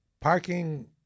parking